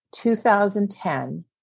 2010